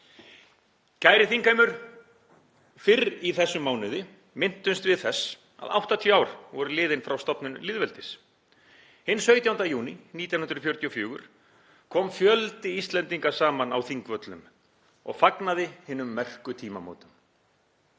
Kæri þingheimur. Fyrr í þessum mánuði minntumst við þess að áttatíu ár voru liðin frá stofnun lýðveldis. Hinn sautjánda júní 1944 kom fjöldi Íslendinga saman á Þingvöllum og fagnaði hinum merku tímamótum.